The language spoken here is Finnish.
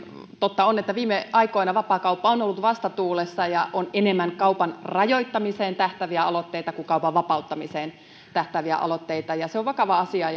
totta on että viime aikoina vapaakauppa on ollut vastatuulessa ja on enemmän kaupan rajoittamiseen tähtääviä aloitteita kuin kaupan vapauttamiseen tähtääviä aloitteita ja se on vakava asia